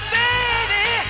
baby